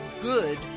good